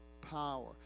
power